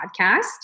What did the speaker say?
podcast